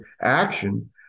action